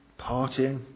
partying